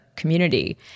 community